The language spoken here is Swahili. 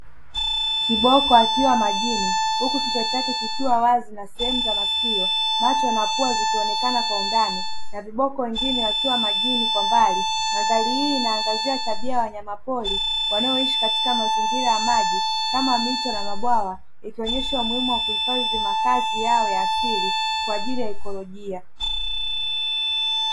Kiboko akiwa majini, huku kichwa chake kikiwa wazi na sehemu za masikio, macho na pua zikionekana kwa undani na viboko wengine wakiwa majini kwa mbali. Mandhari hii inaangazia tabia ya wanyama pori wanaoishi katika mazingira ya maji kama mito na mabwawa, ikionesha umuhimu wa kuhifadhi makazi yao ya asili kwa ajili ya ekolojia.